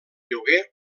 lloguer